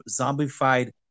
zombified